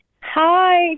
hi